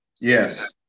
Yes